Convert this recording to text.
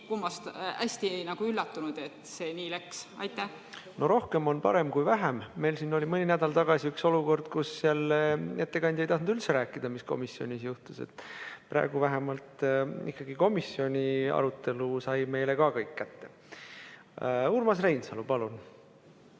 et olin hästi üllatunud, et see nii läks. Rohkem on parem kui vähem. Meil oli mõni nädal tagasi siin olukord, kus jälle ettekandja ei tahtnud üldse rääkida, mis komisjonis juhtus. Praegu vähemalt komisjoni arutelu tuli meile ka kõik kätte. Urmas Reinsalu, palun!